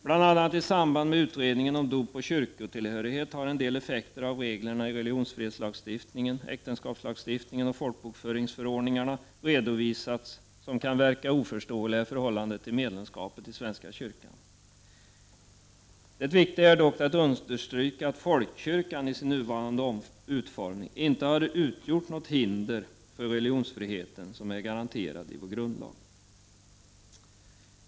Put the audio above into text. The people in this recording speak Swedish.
Bl.a. i samband med utredningen om dop och kyrkotillhörighet har en del effekter av reglerna i religionsfrihetslagstiftningen, äktenskapslagstiftningen och folkbokföringsförordningarna redovisats som kan verka oförståeliga i förhållande till medlemskapet i svenska kyrkan. Det viktiga är dock att understryka att folkkyrkan i sin nuvarande utformning inte har utgjort något hinder för religionsfriheten som är garanterad i vår grundlag.